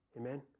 Amen